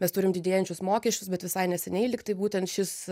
mes turim didėjančius mokesčius bet visai neseniai lygtai būtent šis